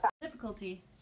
difficulty